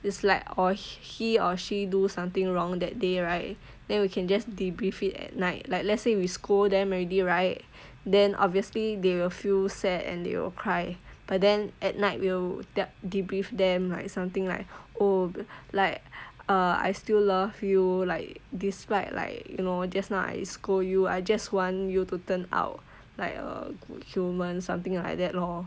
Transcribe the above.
it's like or he or she do something wrong that day right then we can just debrief it at night like let's say we scold them already right then obviously they will feel sad and they will cry but then at night will tel~ debrief them like something like oh like uh I still love you like despite like you know just now I scold you I just want you to turn out like a good human something like that lor